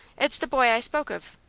it's the boy i spoke of.